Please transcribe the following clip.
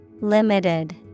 Limited